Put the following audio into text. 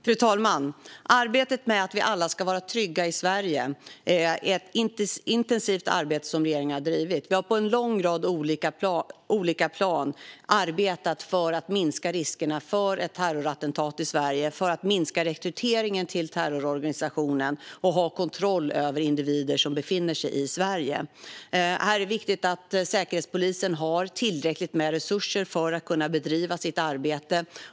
Fru talman! Regeringen har bedrivit ett intensivt arbete med att vi alla ska vara trygga i Sverige. Vi har på olika plan arbetat för att minska riskerna för ett terrorattentat i Sverige, för att minska rekryteringen till terrororganisationer och för att ha kontroll över individer som befinner sig i Sverige. Det är viktigt att Säkerhetspolisen här har tillräckligt med resurser för att kunna bedriva sitt arbete.